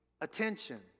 attention